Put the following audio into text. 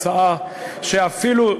הצעה שאפילו,